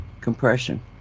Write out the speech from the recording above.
compression